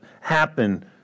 happen